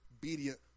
obedient